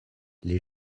les